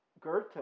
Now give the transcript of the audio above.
Goethe